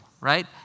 right